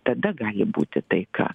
tada gali būti taika